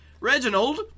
Reginald